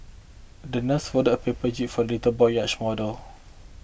the nurse folded a paper jib for little boy's yacht model